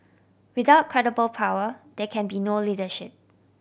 without credible power there can be no leadership